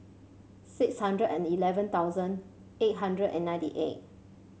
six hundred and eleven thousand eight hundred and ninety eight